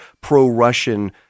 pro-Russian